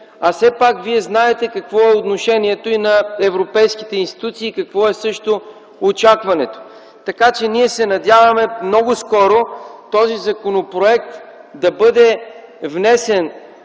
Все пак Вие знаете какво е отношението и на европейските институции и какво е и очакването. Така че ние се надяваме много скоро този законопроект да бъде внесен